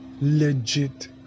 legit